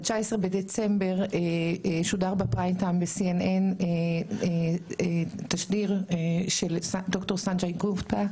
ב-19 בדצמבר שודר בפריים-טיים ב-CNN תשדיר של ד"ר סאן ג'ייקובטה,